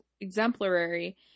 exemplary